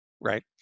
right